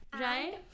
Right